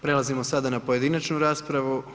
Prelazimo sada na pojedinačnu raspravu.